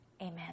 amen